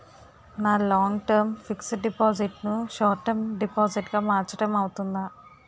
నా long term fixed deposit ను short term deposit గా మార్చటం అవ్తుందా?